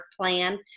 plan